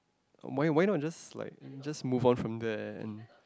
why why not just like just move on from there and